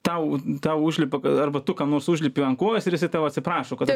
tau tau užlipa arba tu kam nors užlipi ant kojos ir jisai tau atsiprašo kad